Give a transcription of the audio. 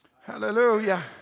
Hallelujah